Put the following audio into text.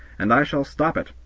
and i shall stop it.